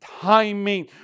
timing